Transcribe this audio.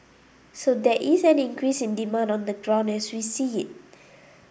so there is an increase in demand on the ground as we see it